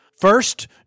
First